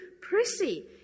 prissy